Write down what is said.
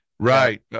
Right